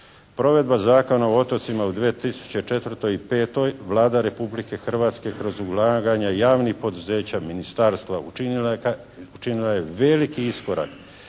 provedba Zakona o otocima u 2004. i 2005. Vlada Republike Hrvatske kroz ulaganja javnih poduzeća, ministarstva učinila je veliki iskorak